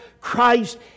Christ